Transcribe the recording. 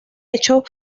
hecho